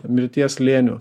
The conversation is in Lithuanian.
mirties slėnių